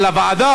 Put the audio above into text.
אבל הוועדה